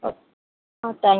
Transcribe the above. okay thanks